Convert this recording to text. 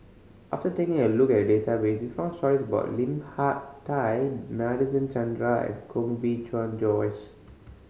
after taking a look at database we found stories about Lim Hak Tai Nadasen Chandra Koh Bee Tuan Joyce